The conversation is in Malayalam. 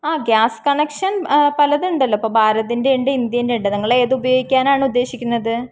ആ ഗ്യാസ് കണക്ഷൻ പലതുമുണ്ടല്ലോ ഇപ്പോള് ഭാരതിൻ്റെയുണ്ട് ഇന്ത്യൻ്റെയുണ്ട് നിങ്ങളേത് ഉപയോഗിക്കാനാണ് ഉദ്ദേശിക്കുന്നത്